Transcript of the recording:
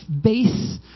base